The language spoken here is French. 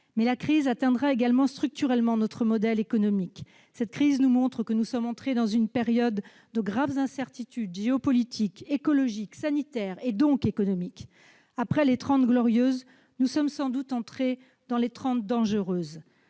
La crise atteindra également structurellement notre modèle économique. Cette crise nous montre que nous sommes entrés dans une période de graves incertitudes géopolitiques, écologiques, sanitaires et donc économiques. Après les Trente Glorieuses, nous sommes sans doute entrés dans les « trente dangereuses